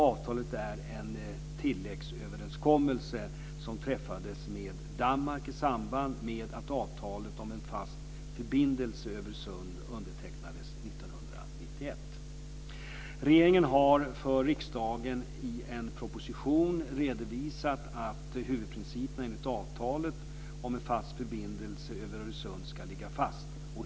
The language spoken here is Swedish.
Avtalet är en tilläggsöverenskommelse som träffades med Danmark i samband med att avtalet om en fast förbindelse över Öresund undertecknades 1991. Regeringen har för riksdagen i en proposition redovisat att huvudprinciperna enligt avtalet om en fast förbindelse över Öresund ska ligga fast.